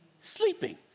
sleeping